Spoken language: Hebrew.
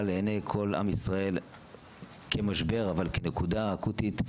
לעיני כל עם ישראל כמשבר אבל כנקודה אקוטית,